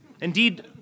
Indeed